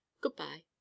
goodbye